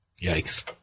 Yikes